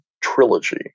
trilogy